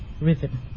rhythm